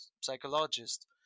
psychologist